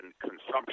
consumption